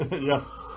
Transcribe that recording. Yes